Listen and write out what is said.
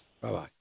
Bye-bye